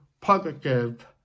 positive